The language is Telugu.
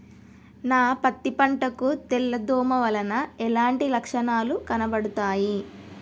నా పత్తి పంట కు తెల్ల దోమ వలన ఎలాంటి లక్షణాలు కనబడుతాయి?